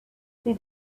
see